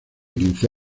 quince